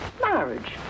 Marriage